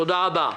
תודה רבה,